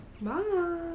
bye